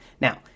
Now